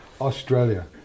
Australia